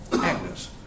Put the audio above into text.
Agnes